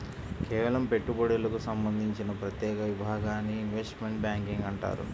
కేవలం పెట్టుబడులకు సంబంధించిన ప్రత్యేక విభాగాన్ని ఇన్వెస్ట్మెంట్ బ్యేంకింగ్ అంటారు